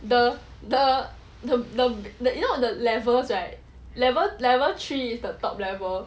the the the you know the levels right level level three is the top level